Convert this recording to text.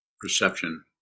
perception